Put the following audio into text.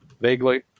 Vaguely